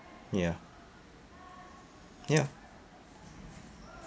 ya ya